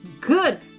good